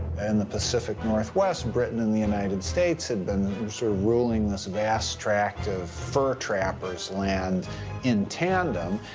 and the pacific northwest, britain and the united states had been sort of ruling this vast tract of fur trappers' land in tandem,